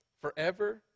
Forever